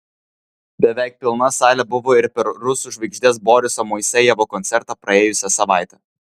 beveik pilna salė buvo ir per rusų žvaigždės boriso moisejevo koncertą praėjusią savaitę